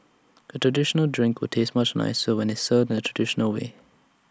A traditional drink will taste much nicer when IT is served in the traditional way